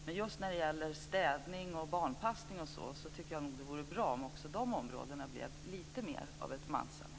Men jag tycker nog att det vore bra om just områdena städning och barnpassning blev lite mer mansdominerade.